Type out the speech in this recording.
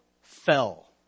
fell